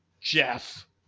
Jeff